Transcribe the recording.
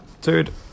dude